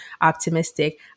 optimistic